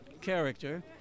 character